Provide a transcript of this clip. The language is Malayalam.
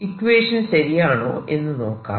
ഇക്വേഷൻ ശരിയാണോ എന്ന് നോക്കാം